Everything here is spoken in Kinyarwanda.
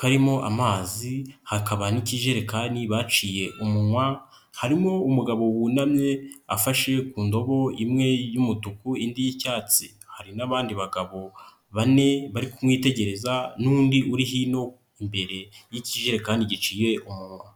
karimo amazi hakaba n'ikijerekani baciye umunwa, harimo umugabo wunamye afashe ku ndobo imwe y'umutuku indi y'icyatsi, hari n'abandi bagabo bane bari kumwitegereza n'undi uri hino imbere y'ikijerekani giciye umunwa.